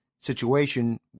situation